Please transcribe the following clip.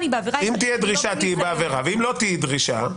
אני בעבירה --- אם לא תהיה דרישה,